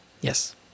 Yes